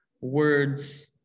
words